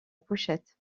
pochette